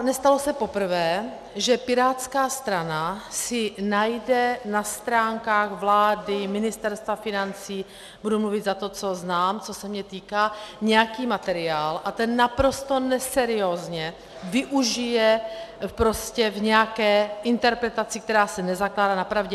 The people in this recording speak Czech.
Nestalo se poprvé, že pirátská strana si najde na stránkách vlády, Ministerstva financí, budu mluvit za to, co znám, co se mě týká, nějaký materiál a ten naprosto neseriózně využije prostě v nějaké interpretaci, která se nezakládá na pravdě.